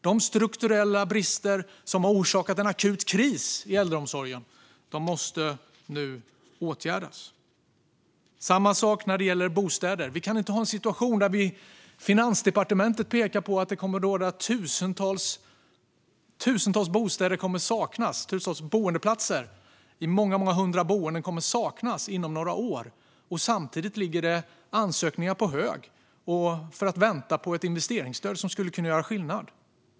De strukturella brister som har orsakat en akut kris i äldreomsorgen måste nu åtgärdas. Samma sak gäller bostäder. Vi kan inte ha en situation där Finansdepartementet pekar på att det inom några år kommer att saknas tusentals boendeplatser i många hundra boenden samtidigt som det ligger ansökningar på hög och väntar på ett investeringsstöd som skulle kunna göra skillnad.